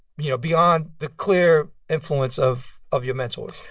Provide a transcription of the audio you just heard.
you know, beyond the clear influence of of your mentors?